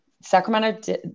Sacramento